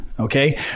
Okay